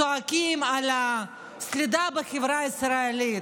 צועקים על הסלידה בחברה הישראלית,